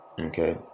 Okay